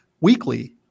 weekly